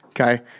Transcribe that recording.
Okay